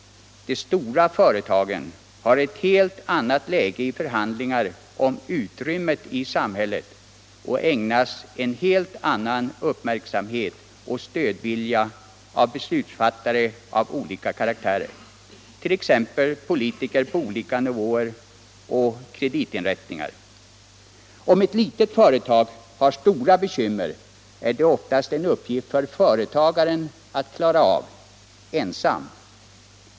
De stora företagen har ett helt annat läge i förhandlingar om utrymmet i samhället och ägnas en helt annan uppmärksamhet och stödvilja av beslutsfattare av olika karaktär, t.ex. politiker på skilda nivåer, och av kreditinrättningarna. Om ett litet företag har stora bekymmer, är det oftast en uppgift för företagaren att klara av —- ensam.